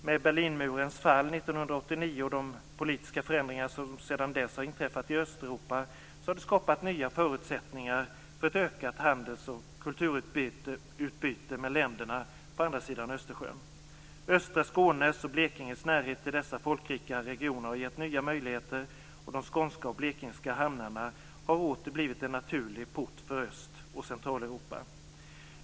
Med Berlinmurens fall 1989 och de politiska förändringar som sedan dess har inträffat i Östeuropa har nya förutsättningar skapats för ett ökat handels och kulturutbyte med länderna på andra sidan Östersjön. Östra Skånes och Blekinges närhet till dessa folkrika regioner har gett nya möjligheter, och de skånska och blekingska hamnarna har åter blivit en naturlig port för Öst och Centraleuropa.